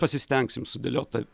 pasistengsim sudėliot tą